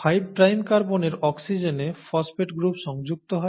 5 prime কার্বনের অক্সিজেনে phosphate group সংযুক্ত হয়